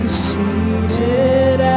seated